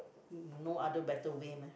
no other better way meh